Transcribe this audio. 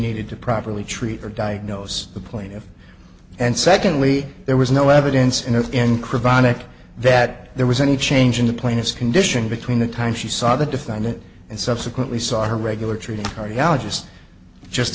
needed to properly treat or diagnose the plaintiff and secondly there was no evidence enough in chronic that there was any change in the plaintiff's condition between the time she saw the defendant and subsequently saw her regular treating cardiologist just